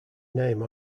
name